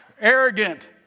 arrogant